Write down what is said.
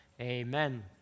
Amen